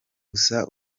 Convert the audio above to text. gusa